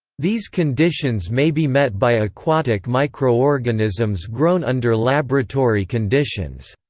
these conditions may be met by aquatic microorganisms grown under laboratory conditions.